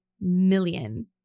million